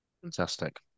Fantastic